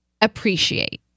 appreciate